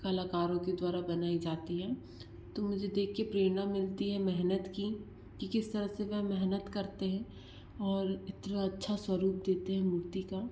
कलाकारों के द्वारा बनाई जाती है तो मुझे देख कर प्रेरणा मिलती है मेहनत की कि किस तरह से वह मेहनत करते हैं और इतना अच्छा स्वरूप देते है मूर्ति का